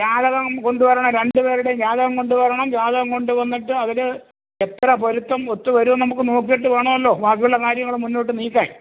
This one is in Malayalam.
ജാതകം കൊണ്ട് വരണം രണ്ട് പേരുടെയും ജാതകം കൊണ്ട് വരണം ജാതകം കൊണ്ട് വന്നിട്ട് അവർ എത്ര പൊരുത്തം ഒത്തു വരും നമുക്ക് നോക്കിയിട്ട് വേണമല്ലോ ബാക്കിയുള്ള കാര്യങ്ങൾ മുന്നോട്ട് നീക്കാൻ